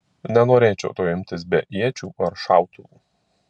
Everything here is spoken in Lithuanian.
nenorėčiau to imtis be iečių ar šautuvų